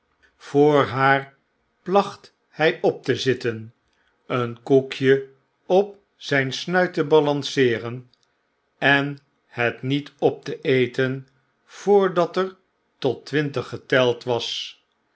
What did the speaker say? yoor haar placht hy op te zitten een koekje op zyn snuit te balanceeren en het niet op te eten voordat er tot twintig geteld was